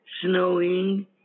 snowing